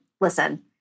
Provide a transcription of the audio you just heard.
listen